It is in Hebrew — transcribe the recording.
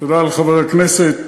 תודה לחבר הכנסת.